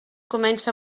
comença